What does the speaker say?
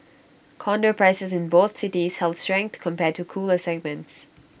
condo prices in both cities held strength compared to cooler segments